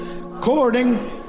according